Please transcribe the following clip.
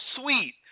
sweet